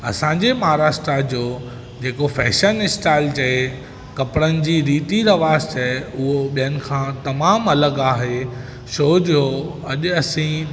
असांजे महाराष्ट्रा जो जेको फैशन स्टाइल चए कपिड़नि जी रीती रिवाजु चए उहो ॿियनि खां तमामु अलॻि आहे छो जो अॼु असीं